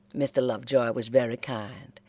mr. lovejoy was very kind,